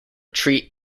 tree